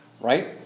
right